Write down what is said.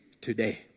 today